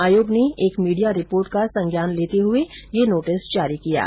आयोग ने एक मीडिया रिपोर्ट कां संज्ञान लेते हुए यह नोटिस जारी किया है